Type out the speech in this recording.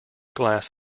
glass